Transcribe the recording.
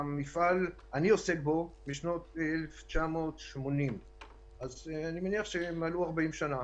אני עוסק במפעל משנת 1980 אז אני מניח שימלאו 40 שנה.